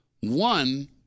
One